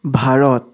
Bharat